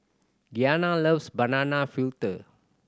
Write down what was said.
Gianna loves banana fritter